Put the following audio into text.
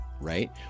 right